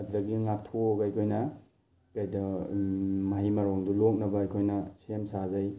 ꯑꯗꯨꯗꯒꯤ ꯉꯥꯛꯊꯣꯛꯑꯒ ꯑꯩꯈꯣꯏꯅ ꯃꯍꯩ ꯃꯔꯣꯡꯗꯣ ꯂꯣꯛꯅꯕ ꯑꯩꯈꯣꯏꯅ ꯁꯦꯝ ꯁꯥꯖꯩ